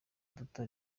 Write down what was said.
duto